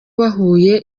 bahuye